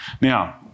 Now